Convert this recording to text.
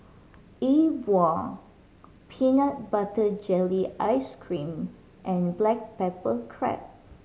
E Bua peanut butter jelly ice cream and black pepper crab